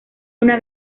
una